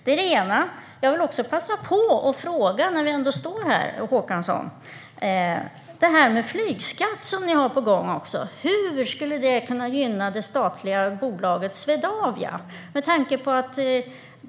När vi ändå står här vill jag också passa på att fråga Håkansson om det som ni har på gång med flygskatten: Hur skulle detta kunna gynna det statliga bolaget Swedavia?